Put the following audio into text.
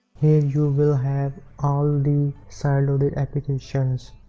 and you will will have all the sideloaded applications.